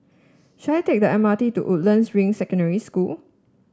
shall I take the M R T to Woodlands Ring Secondary School